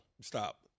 Stop